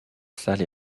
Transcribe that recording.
salle